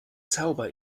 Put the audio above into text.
zauber